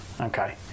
okay